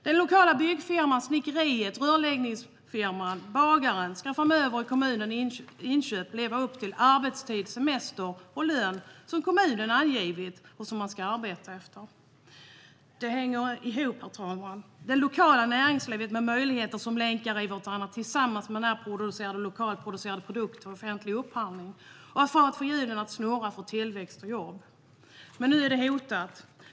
Den lokala byggfirman, snickeriet, rörläggningsfirman och bagaren ska framöver i kommunala inköp leva upp till en arbetstid, semester och lön som kommunen har angivit att man ska arbeta efter. Det hänger ihop, herr talman! Det lokala näringslivet med möjligheter som länkar i varandra tillsammans med närproducerade och lokalproducerade produkter i offentlig upphandling hänger ihop när det gäller att få hjulen att snurra för tillväxt och jobb. Men nu är det hotat.